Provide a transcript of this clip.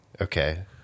Okay